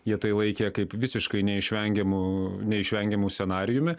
jie tai laikė kaip visiškai neišvengiamu neišvengiamu scenarijumi